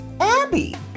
Abby